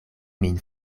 min